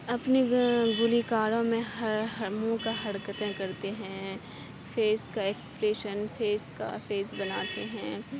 اپنے گھر گلی کارہ میں ہر ہر منھ کا حرکتیں کرتے ہیں فیس کا ایکسپریشن فیس کا فیس بناتے ہیں